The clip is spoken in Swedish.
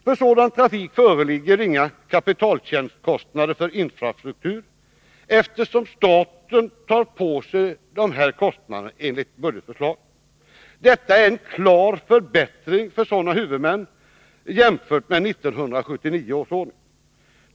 För den nämnda trafiken föreligger inga kapitaltjänstkostnader för infrastruktur, eftersom staten tar på sig dessa enligt budgetförslaget. Detta är en klar förbättring för huvudmännen jämfört med 1979 års ordning.